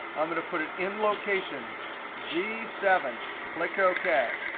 i'm going to put it in location g seven. click ok.